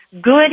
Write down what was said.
good